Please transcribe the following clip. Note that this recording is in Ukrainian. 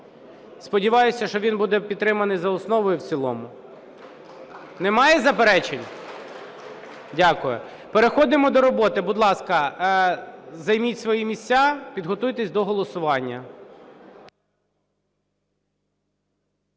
Сподіваюся, що він буде підтриманий за основу і в цілому. Немає заперечень? Дякую. Переходимо до роботи. Будь ласка, займіть свої місця, підготуйтесь до голосування.